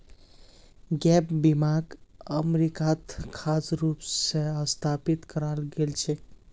gap बीमाक अमरीकात खास रूप स स्थापित कराल गेल छेक